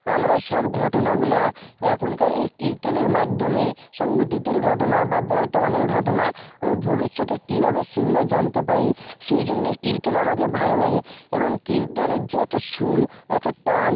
আমরা সব ঘটনাগুলো এখনকার এই কীর্তনের মাধ্যমেই সব অতীতের ঘটনা বা বর্তমানের ঘটনা ও ভবিষ্যতে কী হবে সেগুলো জানতে পারি সেই জন্যেই কীর্তন আমাকে ভালো লাগে এবং কীর্তনের যে একটা সুর একটা টান